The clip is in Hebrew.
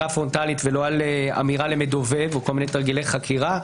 פרונטלית ולא על אמירה למדובב או כל מיני תרגילי חקירה.